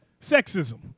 sexism